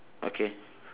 okay